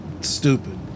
stupid